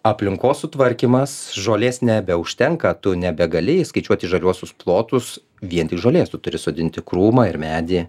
aplinkos sutvarkymas žolės nebeužtenka tu nebegali įskaičiuoti žaliuosius plotus vien tik žolės turi sodinti krūmą ir medį